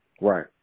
Right